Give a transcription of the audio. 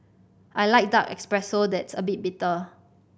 I like dark espresso that's a bit bitter